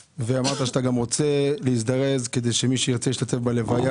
אמרת שאתה רוצה להזדרז היום כדי לאפשר למי שירצה להשתתף בלוויה.